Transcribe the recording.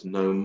no